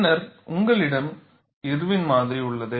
பின்னர் உங்களிடம் இர்வின் மாதிரி உள்ளது